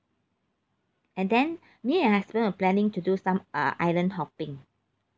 and then me and husband are planning to do some uh island hopping